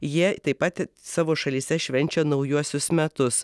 jie taip pat savo šalyse švenčia naujuosius metus